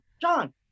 John